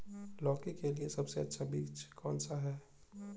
लौकी के लिए सबसे अच्छा बीज कौन सा है?